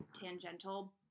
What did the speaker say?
tangential